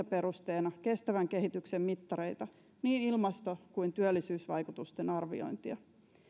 perusteena kestävän kehityksen mittareita niin ilmasto kuin työllisyysvaikutusten arviointia